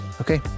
Okay